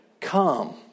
come